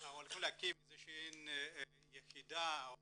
שהולכים להקים יחידה או